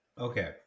okay